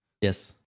Yes